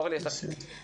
אורלי, רצית לומר משהו?